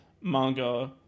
manga